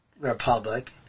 Republic